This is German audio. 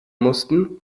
mussten